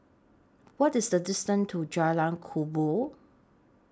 What IS The distance to Jalan Kubor